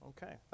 Okay